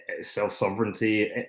self-sovereignty